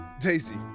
Daisy